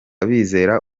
bizera